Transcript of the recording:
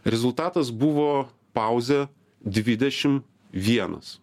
rezultatas buvo pauzė dvidešim vienas